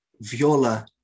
viola